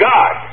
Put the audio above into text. God